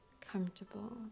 comfortable